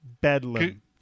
Bedlam